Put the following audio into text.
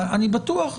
אני בטוח,